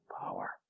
power